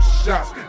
shots